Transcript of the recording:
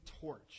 torch